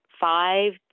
five